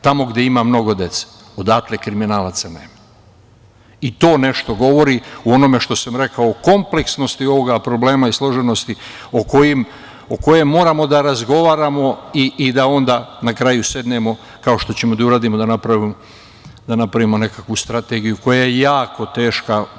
Tamo gde ima mnogo dece odatle kriminalaca nema i to nešto govori o onome što sam rekao – kompleksnosti ovog problema i složenosti o kojem moramo da razgovaramo i da onda na kraju sednemo kao što ćemo da uradimo, da napravimo nekakvu strategiju koja je jako teška.